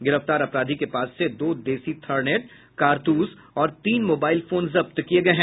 गिरफ्तार अपराधी के पास से दो देशी थर्नेट कारतूस और तीन मोबाइल फोन जब्त किये गये है